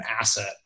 asset